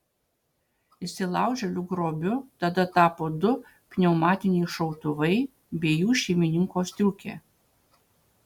įsilaužėlių grobiu tada tapo du pneumatiniai šautuvai bei jų šeimininko striukė